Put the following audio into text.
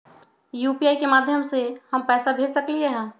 UPI के माध्यम से हम पैसा भेज सकलियै ह?